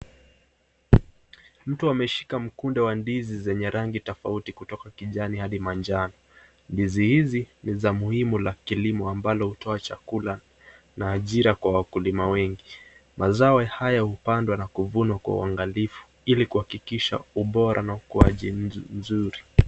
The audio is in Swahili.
Mtu ameshika mkunga wa ndizi zenye rangi tofauti kutoka kijani hadi manjano. Ndizi hizi ni za muhimu la kilimo ambalo hutoa chakula na ajira kwa wakulima wengi. Mazao haya hupandwa na kuvunwa kwa uangalifu ili kuhakikisha ubora na ukuaji mzuri.